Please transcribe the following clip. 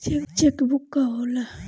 Check book का होला?